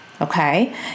Okay